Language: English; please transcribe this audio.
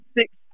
six